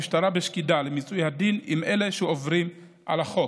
המשטרה פועלת בשקידה למיצוי הדין עם אלה שעוברים על החוק.